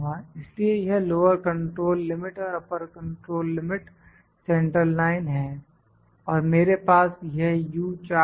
इसलिए यह lower control limit upper control limit central line है और मेरे पास यह U चार्ट है